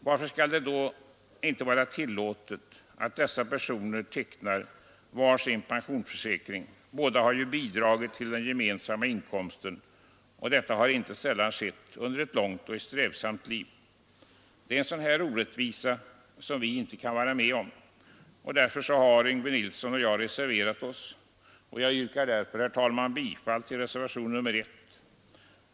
Varför skall det då icke vara tillåtet för dessa personer att teckna var sin pensionsförsäkring? Båda har ju bidragit till den gemensamma inkomsten, och detta har icke sällan skett under ett långt och strävsamt liv. En sådan orättvisa kan vi icke vara med om. Därför har Yngve Nilsson och jag reserverat oss. Jag yrkar, fru talman, bifall till reservationen 1.